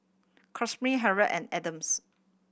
Kamryn Harriett and Adams